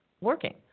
working